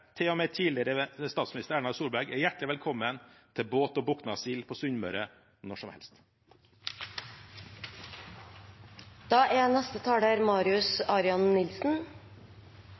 statsminister Solberg, hjertelig velkommen til båt og boknasild på Sunnmøre, når som